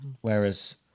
whereas